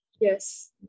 Yes